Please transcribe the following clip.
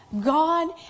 God